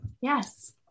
Yes